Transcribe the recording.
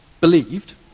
believed